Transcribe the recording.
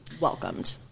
welcomed